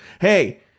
Hey